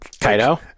Kaido